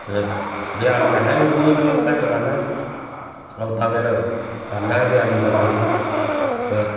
ते देआली पैह्लें शुरू होई जंदी हफ्ता इक पैह्लें गै हफ्ता फिर पैह्लें गै देआली करदे रौह्नी ते